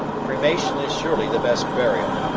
cremation is surely the best burial.